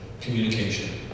Communication